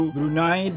Brunei